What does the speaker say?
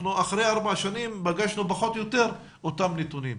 אחרי ארבע שנים פגשנו פחות או יותר את אותם נתונים.